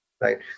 right